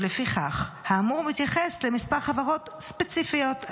ולפיכך האמור מתייחס למספר חברות ספציפיות,